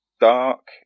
dark